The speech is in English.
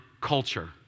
culture